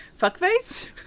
Fuckface